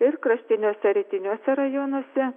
ir kraštiniuose rytiniuose rajonuose